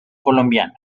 colombiana